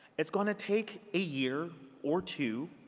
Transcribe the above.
it's going to take a year or two